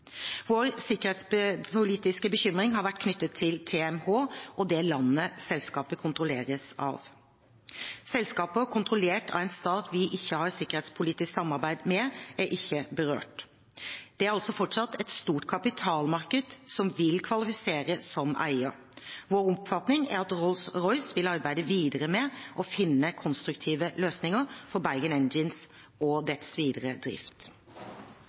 Vår sikkerhetspolitiske bekymring har vært knyttet til TMH og det landet selskapet kontrolleres av. Selskaper kontrollert av en stat vi ikke har sikkerhetspolitisk samarbeid med, er ikke berørt. Det er altså fortsatt et stort kapitalmarked som vil kvalifisere som eier. Vår oppfatning er at Rolls-Royce vil arbeide videre med å finne konstruktive løsninger for Bergen Engines og dets videre drift.